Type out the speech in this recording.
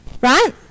Right